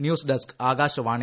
news desk Akashvani